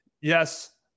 Yes